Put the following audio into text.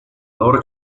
loro